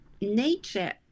nature